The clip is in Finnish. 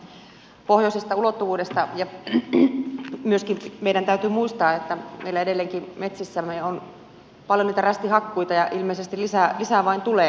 nyt kun puhutaan paljon tästä pohjoisesta ulottuvuudesta meidän täytyy muistaa myöskin se että meillä edelleenkin metsissämme on paljon niitä rästihakkuita ja ilmeisesti lisää vain tulee